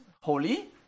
holy